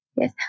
Yes